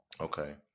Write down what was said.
okay